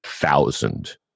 thousand